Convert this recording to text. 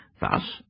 thus